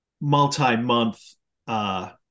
multi-month